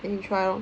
then 你 try lor